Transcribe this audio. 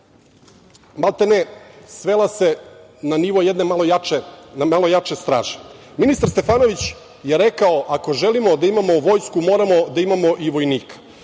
Maltene svela se na nivo jedne malo jače straže. Ministar Stefanović je rekao, ako želimo da imamo Vojsku moramo da imamo i vojnika.